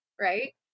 right